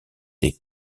des